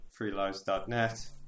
freelives.net